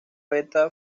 beta